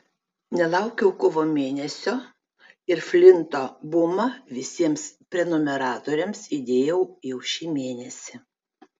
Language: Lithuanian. nelaukiau kovo mėnesio ir flinto bumą visiems prenumeratoriams įdėjau jau šį mėnesį